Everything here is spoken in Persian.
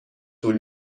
طول